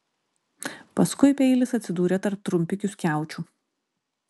paskui peilis atsidūrė tarp trumpikių skiaučių